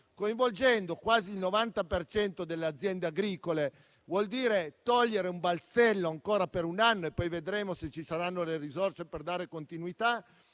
coinvolgendo quasi il 90 per cento delle aziende agricole, vuol dire togliere un balzello ancora per un anno - e poi vedremo se ci saranno le risorse per dare continuità